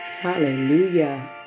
Hallelujah